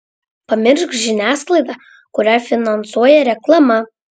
pamiršk žiniasklaidą kurią finansuoja reklama